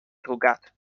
trucat